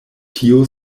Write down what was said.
tio